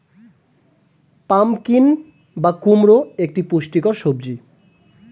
pumpkin বা কুমড়ো একটি পুষ্টিকর সবজি